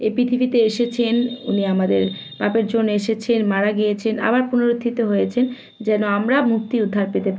এ পৃথিবীতে এসেছেন উনি আমাদের পাপের জন্য এসেছেন মারা গিয়েছেন আবার পুনরুত্থিত হয়েছেন যেন আমরা মুক্তি উদ্ধার পেতে পারি